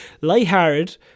lighthearted